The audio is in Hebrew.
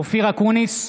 אופיר אקוניס,